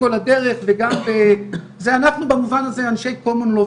כי היא רואה איזשהו שינוי בחזה שלה,